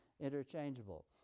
interchangeable